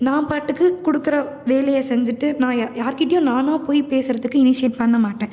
நான் பாட்டுக்கு கொடுக்குற வேலையை செஞ்சிட்டு நான் யா யார்க்கிட்டேயும் நானாக போய் பேசுகிறதுக்கு இனிஷியேட் பண்ண மாட்டேன்